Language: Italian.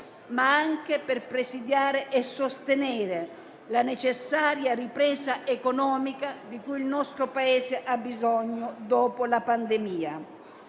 ma anche per presidiare e sostenere la necessaria ripresa economica di cui il nostro Paese ha bisogno dopo la pandemia.